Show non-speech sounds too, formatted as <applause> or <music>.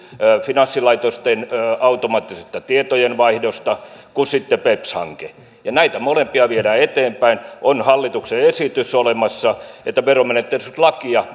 finanssilaitosten automaattisesta tietojenvaihdosta kuin sitten beps hanke ja näitä molempia viedään eteenpäin on olemassa hallituksen esitys että veromenettelylakia <unintelligible>